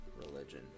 Religion